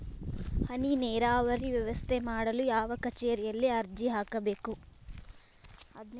ಹನಿ ನೇರಾವರಿ ವ್ಯವಸ್ಥೆ ಮಾಡಲು ಯಾವ ಕಚೇರಿಯಲ್ಲಿ ಅರ್ಜಿ ಹಾಕಬೇಕು?